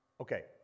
Okay